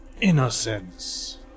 Innocence